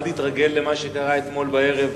אל תתרגל למה שקרה אתמול בערב,